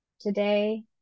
Today